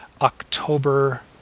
October